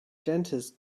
dentist